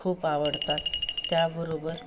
खूप आवडतात त्याबरोबर